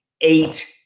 eight